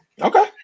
Okay